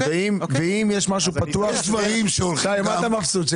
ואם יש משהו פתוח, שי, מה אתה מבסוט?